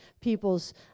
people's